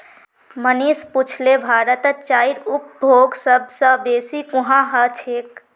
मनीष पुछले भारतत चाईर उपभोग सब स बेसी कुहां ह छेक